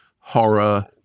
horror